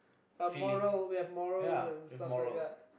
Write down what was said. morals we have moral and stuff like that